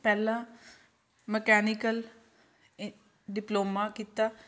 ਪਹਿਲਾ ਮਕੈਨਿਕਲ ਇ ਡਿਪਲੋਮਾ ਕੀਤਾ